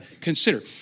consider